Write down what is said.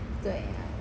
对